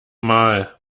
mal